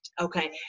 Okay